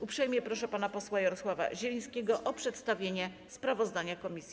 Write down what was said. Uprzejmie proszę pana posła Jarosława Zielińskiego o przedstawienie sprawozdania komisji.